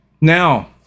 Now